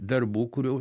darbų kurių